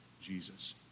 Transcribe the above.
Jesus